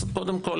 אז קודם-כול,